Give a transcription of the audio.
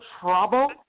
trouble